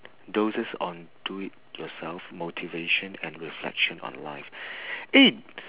doses on do it yourself motivation and reflection on life eh